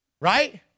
Right